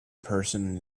person